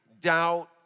doubt